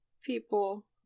people